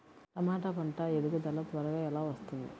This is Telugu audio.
టమాట పంట ఎదుగుదల త్వరగా ఎలా వస్తుంది?